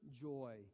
joy